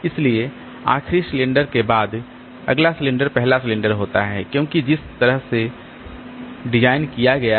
इसलिए आखिरी सिलेंडर के बाद अगला सिलेंडर पहला सिलेंडर होता है क्योंकि जिस तरह से इसे डिजाइन किया गया है